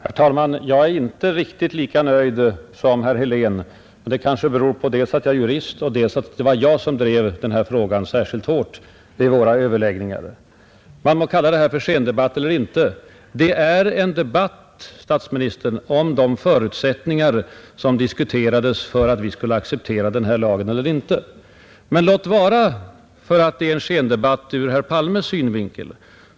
Herr talman! Jag är inte riktigt lika nöjd som herr Helén, men det kanske beror på dels att jag är jurist, dels att det var jag som drev den här frågan särskilt hårt vid våra överläggningar. Man må kalla det här för skendebatt eller inte. Det är en debatt, herr statsminister, om de förutsättningar som diskuterades för att vi skulle acceptera eller inte acceptera lagen. Men låt gå för att det är en skendebatt ur herr Palmes synvinkel.